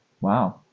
Wow